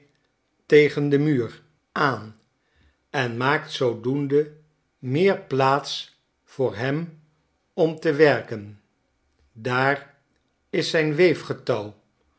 tegen den muur aan en maakt zoodoende meer plaats voor hem om te werken daar is zijn